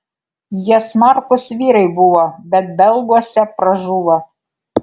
jie smarkūs vyrai buvo bet belguose pražuvo